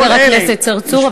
חבר הכנסת צרצור.